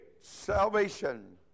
salvation